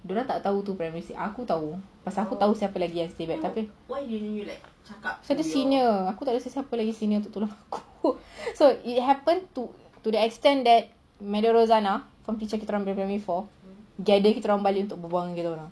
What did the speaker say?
dorang tak tahu tu primary six aku tahu pasal siapa lagi yang stay back tapi pasal dia senior aku tak ada senior lagi nak tolong aku so it happen to the extent that madam rosanna form teacher kita orang bila primary four gather kita orang balik untuk berbual dengan kita orang